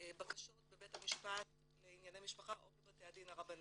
בקשות בבית המשפט לענייני משפחה או בבתי הדין הרבניים.